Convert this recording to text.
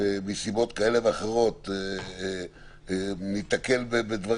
מסיבות כאלה ואחרות הכנסת תעכב.